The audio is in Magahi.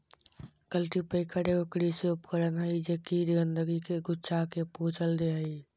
कल्टीपैकर एगो कृषि उपकरण हइ जे कि गंदगी के गुच्छा के कुचल दे हइ